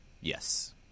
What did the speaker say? Yes